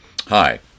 Hi